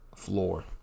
floor